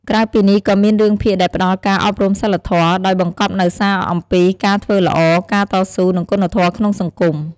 ក្រៅពីនេះ ក៏មានរឿងភាគដែលផ្ដល់ការអប់រំសីលធម៌ ដោយបង្កប់នូវសារអំពីការធ្វើល្អ ការតស៊ូ និងគុណធម៌ក្នុងសង្គម។